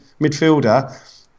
midfielder